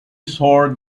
swore